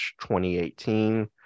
2018